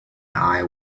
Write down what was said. eye